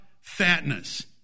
fatness